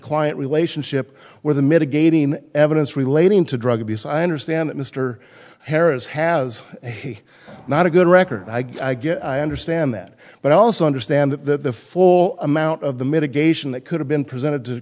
client relationship where the mitigating evidence relating to drug abuse i understand that mr harris has he not a good record i get i understand that but i also understand that the full amount of the mitigation that could have been presented to